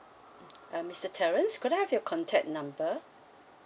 uh mister terrence could I have your contact number